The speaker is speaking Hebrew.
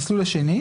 המסלול השני,